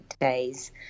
days